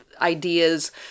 ideas